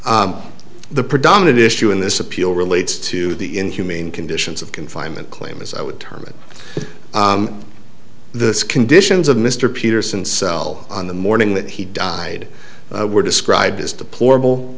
ok the predominant issue in this appeal relates to the inhumane conditions of confinement claim as i would term it the conditions of mr peterson cell on the morning that he died were described as deplorable